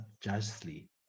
justly